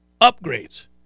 upgrades